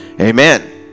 amen